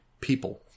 people